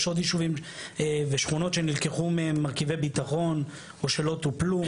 יש עוד יישובים ושכונות שנלקחו מהם מרכיבי ביטחון או שלא טופלו.